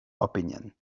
opinion